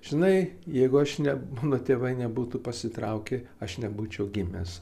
žinai jeigu aš ne mano tėvai nebūtų pasitraukę aš nebūčiau gimęs